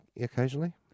Occasionally